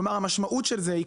כלומר המשמעות של זה היא,